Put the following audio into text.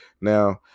Now